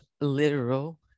literal